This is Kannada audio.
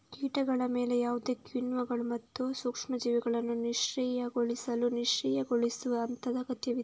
ಕೀಟಗಳ ಮೇಲೆ ಯಾವುದೇ ಕಿಣ್ವಗಳು ಮತ್ತು ಸೂಕ್ಷ್ಮ ಜೀವಿಗಳನ್ನು ನಿಷ್ಕ್ರಿಯಗೊಳಿಸಲು ನಿಷ್ಕ್ರಿಯಗೊಳಿಸುವ ಹಂತದ ಅಗತ್ಯವಿದೆ